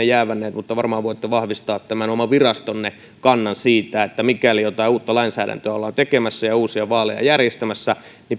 jäävännyt mutta varmaan voitte vahvistaa tämän oman virastonne kannan siitä mikäli jotain uutta lainsäädäntöä ollaan tekemässä ja uusia vaaleja järjestämässä